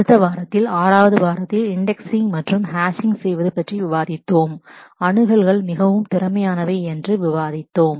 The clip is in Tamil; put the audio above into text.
அடுத்த வாரத்தில் 6 வது வாரத்தில் இன்டெக்ஸிங் மற்றும் ஹேஷிங் செய்வது பற்றி விவாதித்தோம் அக்சஸ் மிகவும் திறமையானவை என்று விவாதித்தோம்